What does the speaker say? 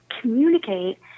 communicate